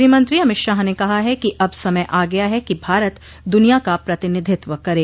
गृहमंत्री अमित शाह ने कहा है कि अब समय आ गया है कि भारत दुनिया का प्रतिनिधित्व करें